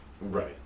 Right